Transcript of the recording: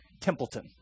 Templeton